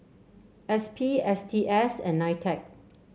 S P S T S and Nitec